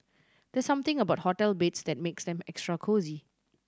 there's something about hotel beds that makes them extra cosy